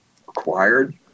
acquired